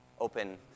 open